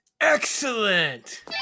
excellent